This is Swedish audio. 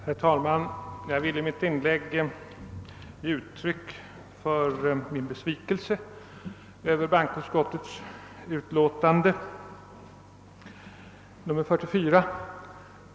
Herr talman! Jag vill i mitt inlägg ge uttryck för min besvikelse över bankoutskottets utlåtande nr 44.